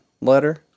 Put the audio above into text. letter